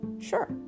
Sure